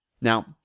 Now